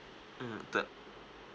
mm the